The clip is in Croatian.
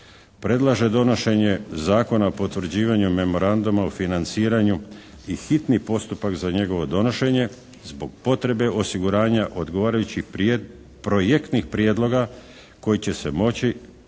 predlaže donošenje Zakona o potvrđivanju Memoranduma o financiranju i hitni postupak za njegovo donošenje zbog potrebe osiguranja odgovarajućih projektnih prijedloga koji će se moći